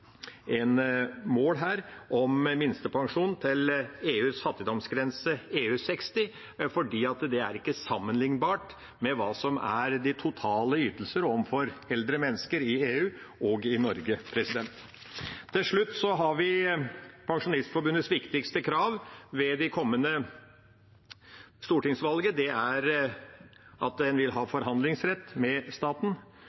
om minstepensjon på EUs fattigdomsgrense, EU60, for det er ikke sammenlignbart hva som er de totale ytelser overfor eldre mennesker i EU og i Norge. Til slutt har vi Pensjonistforbundets viktigste krav ved det kommende stortingsvalget, og det er at de vil ha